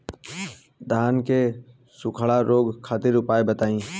धान के सुखड़ा रोग खातिर उपाय बताई?